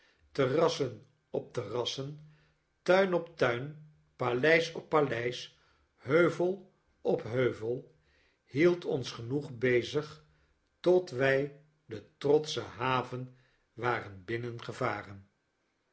terrassen op terrassentuin op tuin paleis op paleis heuvel op heu vel hield ons genoeg bezig tot wij de trotsche haven waren